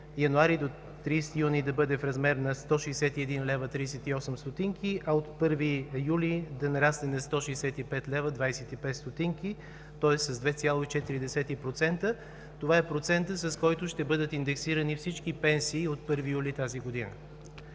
януари до 30 юни да бъде в размер на 161,38 лв., а от 1 юли да нарасне на 165,25 лв., тоест с 2,4%. Това е процентът, с който ще бъдат индексирани всички пенсии от 1 юли тази година.